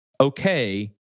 okay